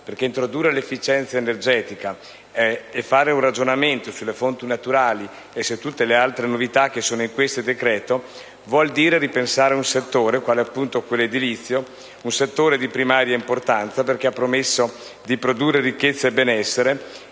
introdurre l'efficienza energetica e fare un ragionamento sulle fonti naturali e su tutte le altre novità contenute in questo decreto-legge vuol dire ripensare un settore, quale appunto quello edilizio, di primaria importanza, perché ha permesso di produrre ricchezza e benessere,